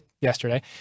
yesterday